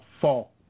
fall